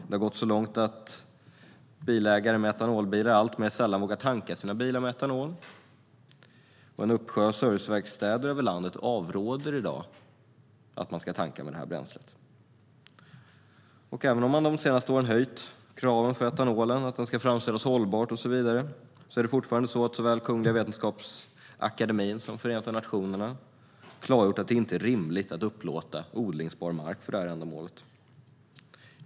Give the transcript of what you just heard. Det har gått så långt att bilägare med etanolbilar alltmer sällan vågar tanka sina bilar med etanol, och en uppsjö av serviceverkstäder över landet avråder i dag från att tanka detta bränsle. Även om man de senaste åren har höjt kraven för etanolen - att den ska framställas hållbart och så vidare - har fortfarande såväl Kungliga Vetenskapsakademien som Förenta nationerna klargjort att det inte är rimligt att upplåta odlingsbar mark för detta ändamål.